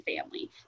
family